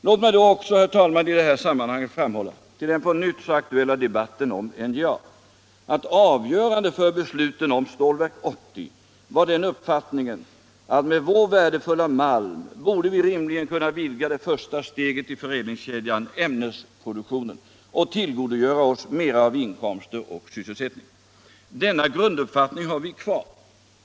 Låt mig också, herr talman, i det här sammanhanget framhålla till den på nytt så aktuella debatten om NJA, att avgörande för besluten om Stålverk 80 var den uppfattningen att med vår värdefulla malm borde vi rimligen kunna vidga det första steget i förädlingskedjan, ämnesproduktionen, och tillgodogöra oss mera av inkomster och sysselsättning. Denna grunduppfatting har vi kvar.